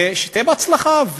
ושיהיה בהצלחה,